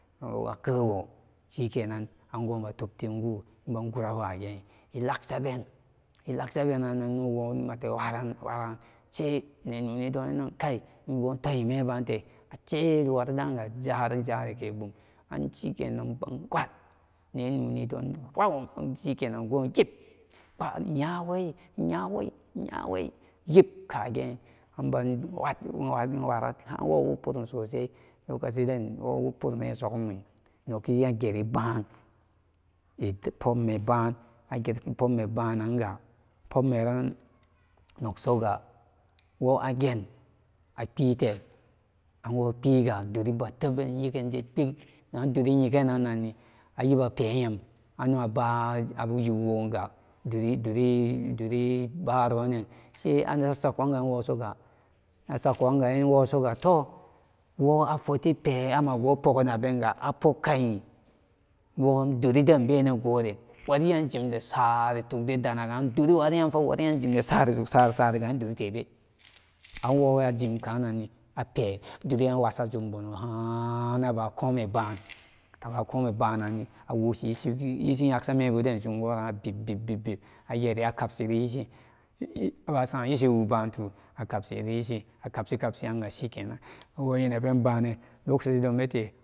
Kego shikenan goma tub timgóó iban jura wage ilagsben ilagsabenanni ino ima te pwaran she ne nóónidonannen kai bun toyi membante ashe nawaridag jarijari kebum anshekena iban kpat nenóónidon pwo anshe go yib nyawai nyawai nyawai nyawai yib kage amba pat kpat ran wo wóóg purom lokacidan abe sogombu bwi nogi aperibáá pob mebáá aget póóbme yan nogsoga wóó agen apite anwóó piga duri bateben yegenje ping anduri yegannanni ayiba peyam ano abáá yibwoga duri duri duri baronnen she anan sakonnan soga asagonga ansoga toh wo afotipe amago póógan nabenga apóógkayi gon duridan benen gore wariyan jimdesari tugde danaga doreyan wariyan jimde saritug sari sariga yan duri tebe anwowayan ajimkananni ape duriya pwasa zumbo no háá akum ibáá abakomi bananni awoshi isi yaksawo budan jamworaran abib bib bib ayeri akapshi da yeshi aba sam ishiwu báán tóá aba kabsheda yeshi akabshiyanga shikenan woyenen penbanen lokashidon bete.